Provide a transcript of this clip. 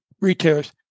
retailers